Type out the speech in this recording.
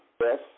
yes